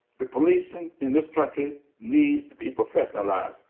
the policing in this country needs to be professionalized.